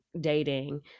dating